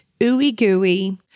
ooey-gooey